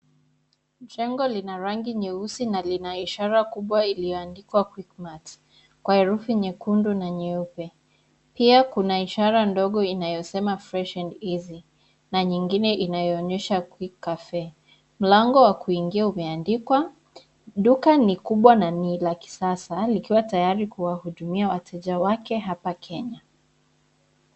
Jengo lina rangi nyeusi na lina ishara kubwa iliyoandikwa Quickmart, kwa herufi nyekundu na nyeupe. Pia kuna ishara ndogo inayosema Fresh and Easy , na nyingine inayoonyesha QCafe . Mlango wa kuingia umeandikwa. Duka ni kubwa na ni la kisasa, likiwa tayari kuwahudumia wateja wake hapa Kenya.